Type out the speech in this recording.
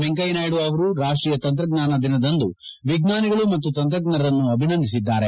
ವೆಂಕಯ್ನನಾಯ್ತ ಅವರು ರಾಷ್ಷೀಯ ತಂತ್ರಜ್ವಾನ ದಿನದಂದು ವಿಜ್ವಾನಿಗಳು ಮತ್ತು ತಂತ್ರಜ್ವರನ್ನು ಅಭಿನಂದಿಸಿದ್ದಾರೆ